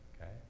Okay